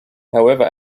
however